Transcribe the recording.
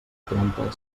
trenta